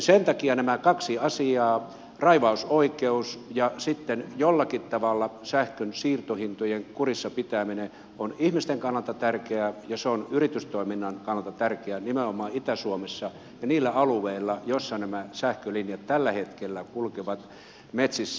sen takia nämä kaksi asiaa raivausoikeus ja sitten jollakin tavalla sähkön siirtohintojen kurissa pitäminen ovat ihmisten kannalta tärkeitä ja ne ovat yritystoiminnan kannalta tärkeitä nimenomaan itä suomessa ja niillä alueilla missä nämä sähkölinjat tällä hetkellä kulkevat metsissä